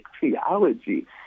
theology